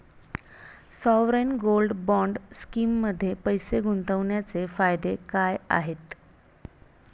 Sovereign gold bond स्कीममध्ये पैसे गुंतवण्याचे फायदे काय आहेत?